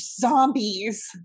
zombies